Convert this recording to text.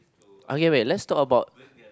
okay wait let's talk about